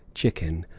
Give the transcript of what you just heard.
chicken,